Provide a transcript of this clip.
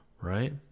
right